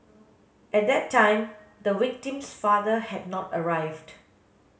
at that time the victim's father had not arrived